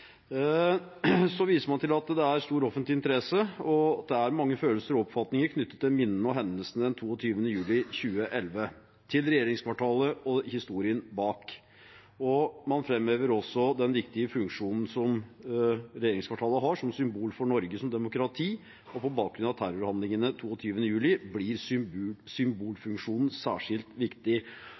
Så viser man til at det er stor offentlig interesse, og at det er mange følelser og oppfatninger knyttet til minnene etter hendelsene 22. juli 2011, til regjeringskvartalet og historien bak. Man framhever også den viktige funksjonen som regjeringskvartalet har som symbol for Norge som demokrati, og på bakgrunn av terrorhandlingene 22. juli blir symbolfunksjonen særskilt viktig.